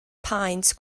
paent